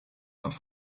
auf